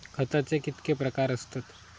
खताचे कितके प्रकार असतत?